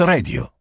Radio